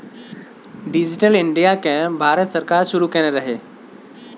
digital India केँ भारत सरकार शुरू केने रहय